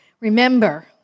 Remember